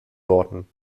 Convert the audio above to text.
worten